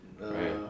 right